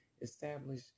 establish